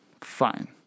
fine